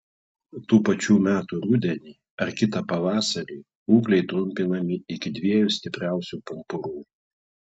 tų pačių metų rudenį ar kitą pavasarį ūgliai trumpinami iki dviejų stipriausių pumpurų